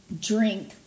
drink